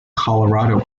colorado